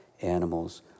animals